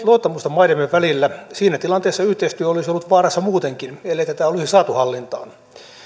luottamusta maidemme välillä siinä tilanteessa yhteistyö olisi ollut vaarassa muutenkin ellei tätä olisi saatu hallintaan